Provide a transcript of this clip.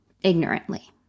ignorantly